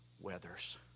weathers